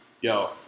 Yo